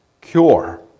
Cure